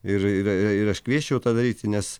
ir ir ir aš kviesčiau tą daryti nes